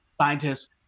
scientists